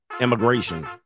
immigration